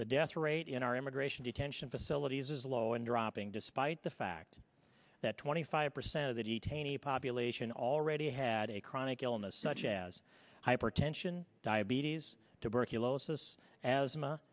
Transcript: the death rate in our immigration detention facilities is low and dropping despite the fact that twenty five percent of the detainee population already had a chronic illness such as hypertension diabetes tuberculosis as